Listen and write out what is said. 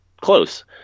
close